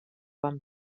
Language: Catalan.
van